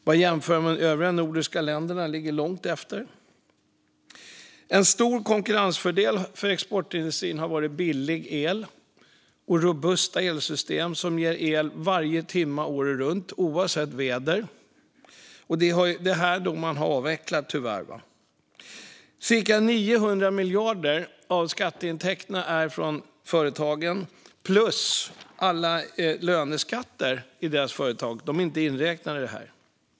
En jämförelse visar att de övriga nordiska länderna ligger långt efter. En stor konkurrensfördel för exportindustrin har varit billig el och robusta elsystem som ger el varje timme året runt oavsett väder. Det här har tyvärr avvecklats. Cirka 900 miljarder av skatteintäkterna kommer från företagen. Dessutom tillkommer löneskatterna i företagen. De är alltså inte inräknade här.